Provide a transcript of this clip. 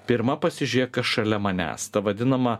pirma pasižiūrėk kas šalia manęs ta vadinama